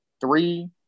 three